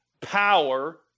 power